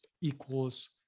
equals